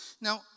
Now